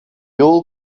all